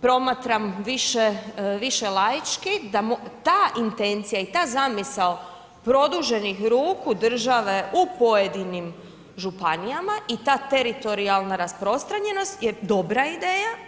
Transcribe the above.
promatram više, više laički, da ta intencija i ta zamisao produženih ruku države u pojedinim županijama i ta teritorijalna rasprostranjenost je dobra ideja.